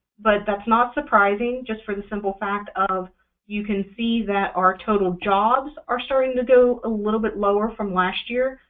but that's not surprising, just for the simple fact of you can see that our total jobs are starting to go a little bit lower from last year,